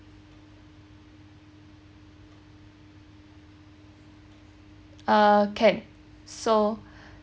ah can so